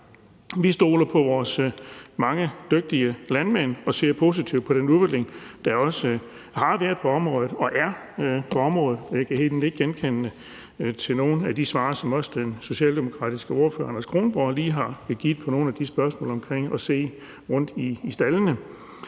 Vi stoler på vores mange dygtige landmænd og ser positivt på den udvikling, der også har været på området og er på området. Jeg kan nikke genkendende til nogle af de svar, som også den socialdemokratiske ordfører, Anders Kronborg, lige har givet på nogle af de spørgsmål, om at se rundt i staldene.